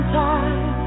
time